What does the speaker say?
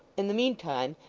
in the meantime,